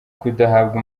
kudahabwa